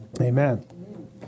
Amen